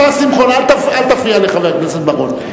השר שמחון, אל תפריע לחבר הכנסת בר-און.